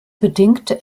bedingt